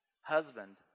husband